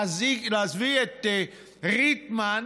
להביא את ריטמן?